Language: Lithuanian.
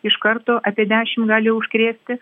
iš karto apie dešim gali užkrėsti